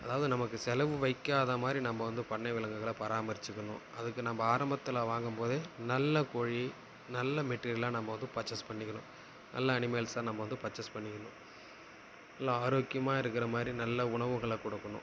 அதாவது நமக்கு செலவு வைக்காத மாதிரி நம்ப வந்து பண்ணை விலங்குகளை பராமரித்துக்கணும் அதுக்கு நம்ப ஆரம்பத்தில் வாங்கும்போதே நல்ல கோழி நல்ல மெட்டீரியலாக நாம்ப வந்து பர்சேஸ் பண்ணிக்கணும் நல்ல அனிமெல்ஸா நம்ப வந்து பர்சேஸ் பண்ணிக்கணும் நல்லா ஆரோக்கியமா இருக்கிற மாதிரி நல்ல உணவுகளை கொடுக்கணும்